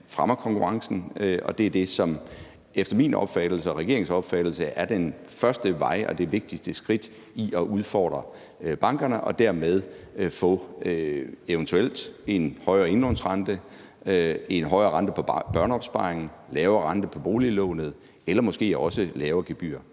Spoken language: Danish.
fremmer konkurrencen, og det er det, som efter min opfattelse og efter regeringens opfattelse er den første vej og det vigtigste skridt i forhold til at udfordre bankerne og dermed eventuelt få en højere indlånsrente, en højere rente på børneopsparingen, en lavere rente på boliglånet eller måske også lavere gebyrer.